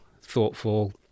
thoughtful